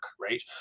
right